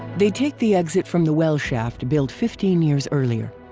they take the exit from the well shaft built fifteen years earlier.